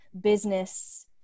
business